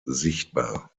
sichtbar